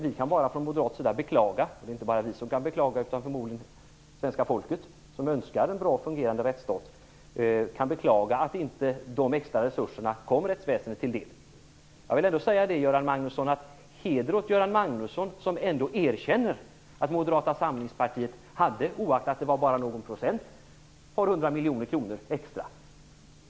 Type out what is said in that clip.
Vi kan bara från Moderaternas sida beklaga - inte bara vi utan förmodligen hela svenska folket, som önskar en bra och fungerande rättsstat - att de extra resurserna inte kom rättsväsendet till del. Jag vill dock säga: Heder åt Göran Magnusson, som ändå erkänner att Moderata samlingspartiet hade, oaktat att det bara var någon procent, ett par hundra miljoner kronor extra.